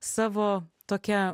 savo tokią